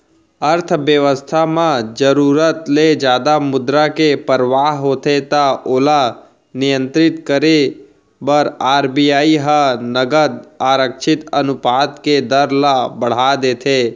अर्थबेवस्था म जरुरत ले जादा मुद्रा के परवाह होथे त ओला नियंत्रित करे बर आर.बी.आई ह नगद आरक्छित अनुपात के दर ल बड़हा देथे